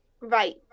right